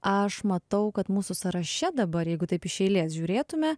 aš matau kad mūsų sąraše dabar jeigu taip iš eilės žiūrėtume